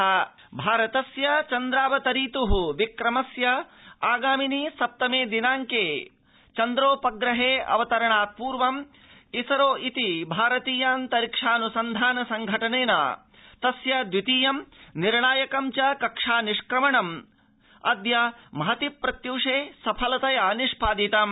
चन्द्रयानम् भारतस्य चन्द्रावतरीतु विक्रमस्य आगामिनि सप्तमे दिनांके चन्द्रोपग्रहे अवतरणात् पूर्वम् इसरो इति भारतीयाऽन्तरिक्षाऽन्सन्धान संघटनेन तस्य द्वितीयम् निर्णायक च कक्षा निष्क्रमणम् अद्य प्रत्यूषे सफलतया निष्पादितम्